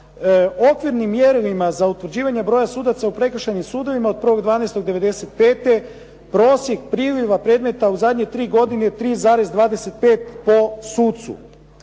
okvirnim mjerilima za utvrđivanje broja sudaca u prekršajnim sudovima od 1. 12. 95. prosjek priljeva predmeta u zadnje tri godine 3,25 po sucu.